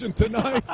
and tonight.